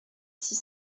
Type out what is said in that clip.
six